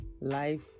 Life